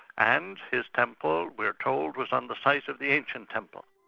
and his temple we are told, was on the site of the ancient temple.